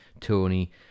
Tony